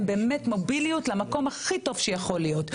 באמת מוביליות למקום הכי טוב שיכול להיות.